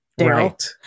Daryl